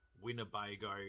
Winnebago